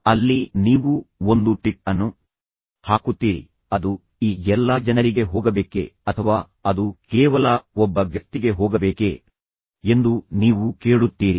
ಅಲ್ಲಿ ನೀವು ಒಂದು ಟಿಕ್ ಅನ್ನು ಹಾಕುತ್ತೀರಿ ಅದು ಈ ಎಲ್ಲಾ ಜನರಿಗೆ ಹೋಗಬೇಕೇ ಅಥವಾ ಅದು ಕೇವಲ ಒಬ್ಬ ವ್ಯಕ್ತಿಗೆ ಹೋಗಬೇಕೇ ಎಂದು ನೀವು ಕೇಳುತ್ತೀರಿ